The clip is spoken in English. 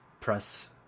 press